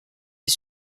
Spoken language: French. les